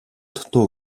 дутуу